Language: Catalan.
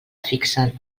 fixen